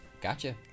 gotcha